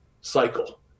cycle